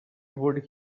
would